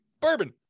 Bourbon